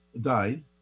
died